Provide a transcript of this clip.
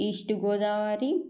east Godavari